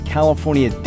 California